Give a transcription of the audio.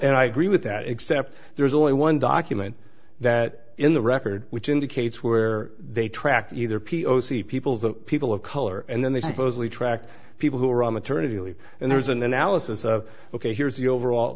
and i agree with that except there's only one document that in the record which indicates where they tracked either p o c peoples and people of color and then they supposedly track people who are on maternity leave and there's an analysis of ok here's the overall